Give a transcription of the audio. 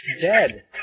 Dead